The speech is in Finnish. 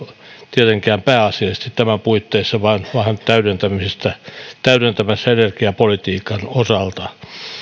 tietenkään pääasiallisesti tämän puitteissa vaan täydentämässä energiapolitiikan osalta